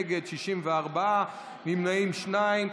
נגד, 64, נמנעים, שניים.